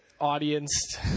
audience